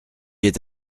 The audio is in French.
est